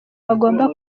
bagomba